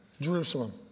Jerusalem